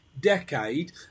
decade